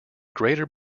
greater